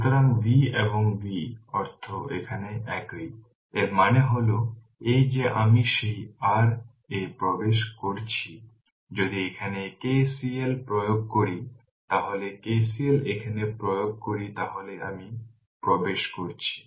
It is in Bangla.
সুতরাং V এবং V অর্থ এখানে একই এর মানে হল এই যে আমি সেই r এ প্রবেশ করছি যদি এখানে KCL প্রয়োগ করি তাহলে KCL এখানে প্রয়োগ করি তাহলে আমি প্রবেশ করছি